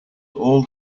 all